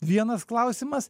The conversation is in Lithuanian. vienas klausimas